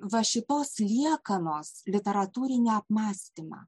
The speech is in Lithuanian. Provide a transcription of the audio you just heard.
va šitos liekanos literatūrinį apmąstymą